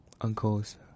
uncle's